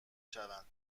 شوند